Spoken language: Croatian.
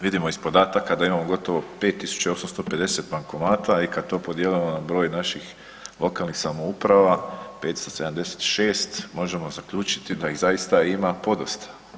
Vidimo iz podataka da imamo gotovo 5850 bankomata i kad to podijelimo na broj naših lokalnih samouprava 576 možemo zaključiti da ih zaista ima podosta.